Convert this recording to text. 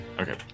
Okay